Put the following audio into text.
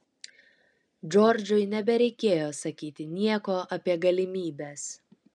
džordžui nebereikėjo sakyti nieko apie galimybes